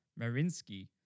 Marinsky